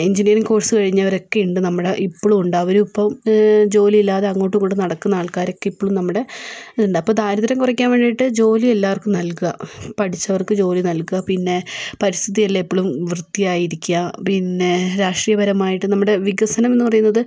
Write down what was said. engineering course കഴിഞ്ഞവരൊക്കെയുണ്ട് നമ്മുടെ ഇപ്പോഴും ഉണ്ട് അവരിപ്പം ജോലിയില്ലാതെ അങ്ങോട്ടും ഇങ്ങോട്ടും നടക്കുന്ന ആൾക്കാരൊക്കെ ഇപ്പോഴും നമ്മുടെ ഉണ്ട് അപ്പോൾ ദാരിദ്യം കുറക്കാൻ വേണ്ടീട്ട് ജോലി എല്ലാവർക്കും നൽകാൻ പഠിച്ചവർക്ക് ജോലി നൽകാൻ പിന്നെ പരിസ്ഥിതിയിൽ എപ്പോഴും വൃത്തിയായിരിക്കുക പിന്നെ രാഷ്ട്രീയപരമായിട്ട് നമ്മുടെ വികസനംന്ന് പറയുന്നത്